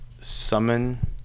summon